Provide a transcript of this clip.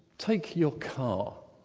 take your car.